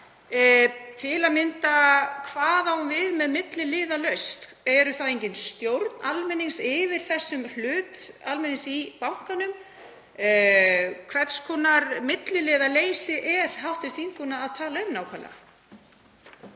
til að mynda við með milliliðalaust? Er þá engin stjórn almennings yfir þessum hlut hans í bankanum? Hvers konar milliliðaleysi er hv. þingkona að tala um nákvæmlega?